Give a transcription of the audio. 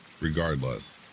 regardless